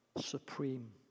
Supreme